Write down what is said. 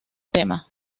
tema